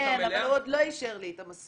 כן, אבל הוא עוד לא אישר לי את המסלול